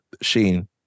Sheen